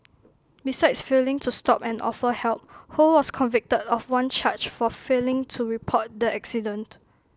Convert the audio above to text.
besides failing to stop and offer help ho was convicted of one charge for failing to report the accident